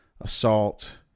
assault